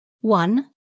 One